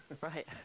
Right